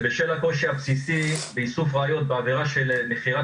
בשל הקושי הבסיסי באיסוף ראיות בעבירה של מכירת